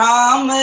Ram